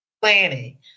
planning